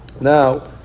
Now